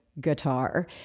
guitar